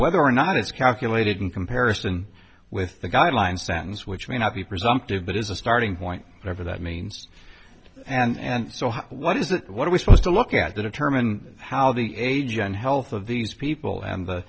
whether or not it's calculated in comparison with the guidelines that is which may not be presumptive but is a starting point whatever that means and so what is it what are we supposed to look at the determine how the age and health of these people and